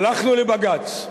הלכנו לבג"ץ,